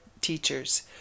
teachers